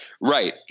Right